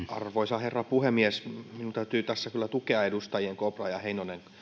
arvoisa herra puhemies minun täytyy tässä kyllä tukea edustajien kopra ja heinonen